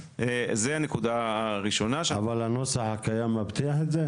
הנוסח הקיים מבטיח את זה?